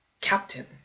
captain